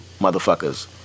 motherfuckers